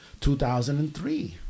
2003